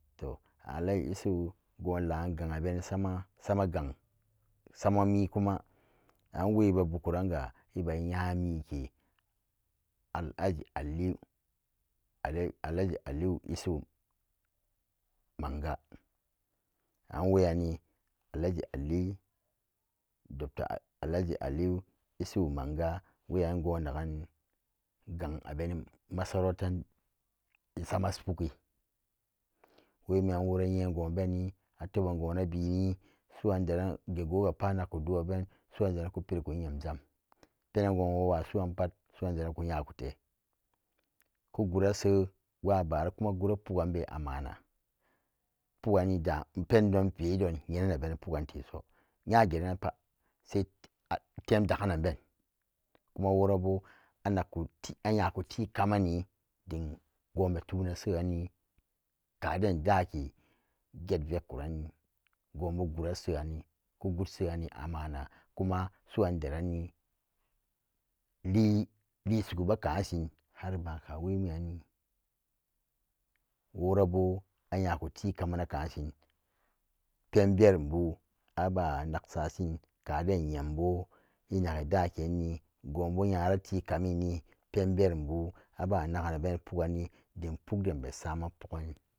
To alaji isuhu go'on la'an gang abeni sam sama gang samami kuma an wee ba bukuranga eba i'nya mike alaji aliyu isuhu manga an weyanni alaji ali dr. Alaji aliyu isuhu manga wayan go'on nagan gang abeni masarutan esama puggi wemiyan wora nye go'on beni ateban go'ona bini su'an deran gegogapat anaku du'a ben su'an deranku pirikun nyam jam pena go'on woo-wa su'an pat su'an deran ku nyakute ku goira seywabaro kuma gura puegambe ammana puggani da-pendonvedon nyenana beni pugganteso nya geranan pat sai-temdegananbeen kuma worbo anak ayakutii kamenni go'on betunan seyranni kaden dake get vetku'ani go'on bo gura se'oni ku gut se'ani amma kuma su'an deranni li lisikube ka'ansin har ba'anka wemiyanni worobo a'nyaku tikamen na kashin pen verumbu aba'a nakasashin kaden yembo inagi dake'ani go'onbo yarati kaminni pen verumbu aba nagganabeni puggani dim pug den besamen poggan.